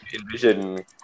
Envision